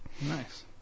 Nice